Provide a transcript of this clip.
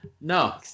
no